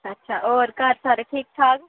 अच्छा अच्छा होर घर सारे ठीक ठाक